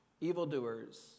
evildoers